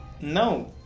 No